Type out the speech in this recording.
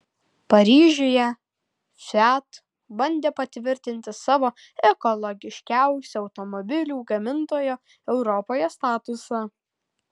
paryžiuje fiat bandė patvirtinti savo ekologiškiausio automobilių gamintojo europoje statusą